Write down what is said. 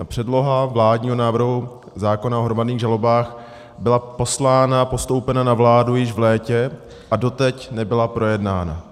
Předloha vládního návrhu zákona o hromadných žalobách byla poslána a postoupena na vládu již v létě a doteď nebyla projednána.